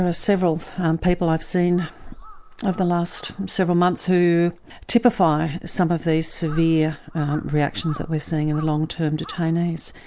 ah several um people i've seen over the last several months who typify some of these severe reactions that we're seeing in the long term detainees.